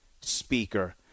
speaker